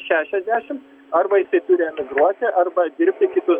šešiasdešim arba jisai turi emigruoti arba dirbti kitus